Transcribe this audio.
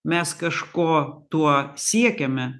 mes kažko tuo siekiame